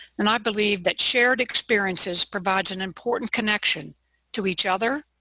and i believe that shared experiences provides an important connection to each other,